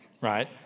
right